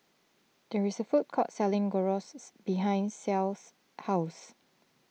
there is a food court selling Gyros behind Ceil's house